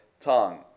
tongue